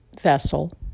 vessel